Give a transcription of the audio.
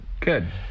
Good